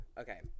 Okay